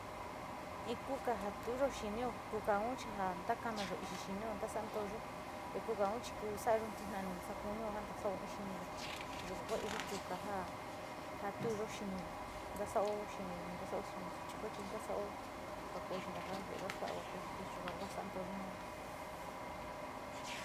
In kuka ja tuuyo xinio, kukaun chi ja takanayo ixi xinio nasan tuuyo te kukau chi kou salayo tinono nasa konio ntasoo in xiniyo yuka ku iyo koka ja touyo xiniyo, ntasoo xini, ntasoo xini suchi kuechi, ntasoa jankoo xit taka vele kaskua ko yil te yuga kua santouyo mayo.